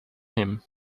him